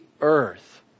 earth